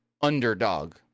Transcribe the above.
underdog